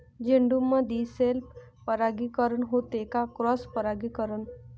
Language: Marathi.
झेंडूमंदी सेल्फ परागीकरन होते का क्रॉस परागीकरन?